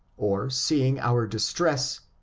or, seeing our distress,